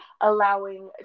allowing